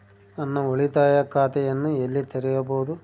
ನಾನು ಉಳಿತಾಯ ಖಾತೆಯನ್ನು ಎಲ್ಲಿ ತೆರೆಯಬಹುದು?